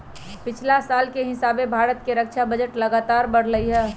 पछिला साल के हिसाबे भारत के रक्षा बजट लगातार बढ़लइ ह